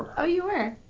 oh, you were